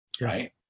right